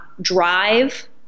drive